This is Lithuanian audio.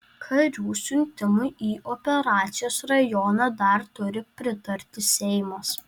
karių siuntimui į operacijos rajoną dar turi pritarti seimas